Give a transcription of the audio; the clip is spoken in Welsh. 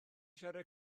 siarad